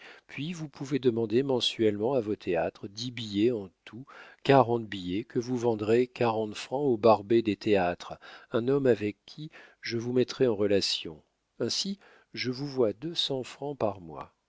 puis vous pouvez demander mensuellement à vos théâtres dix billets en tout quarante billets que vous vendrez quarante francs au barbet des théâtres un homme avec qui je vous mettrai en relation ainsi je vous vois deux cents francs par mois